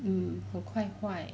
mm 很快坏